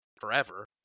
forever